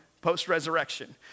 post-resurrection